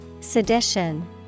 Sedition